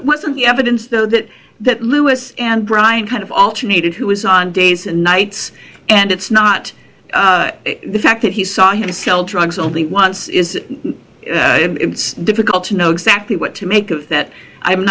wasn't the evidence though that that lewis and ryan kind of alternated who was on days and nights and it's not the fact that he saw him sell drugs only once is it difficult to know exactly what to make of that i'm